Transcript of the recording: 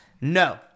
No